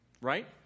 Right